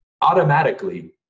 automatically